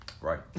Right